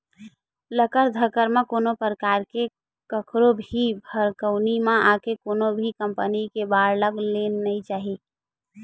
लकर धकर म कोनो परकार ले कखरो भी भभकउनी म आके कोनो भी कंपनी के बांड ल लेना नइ चाही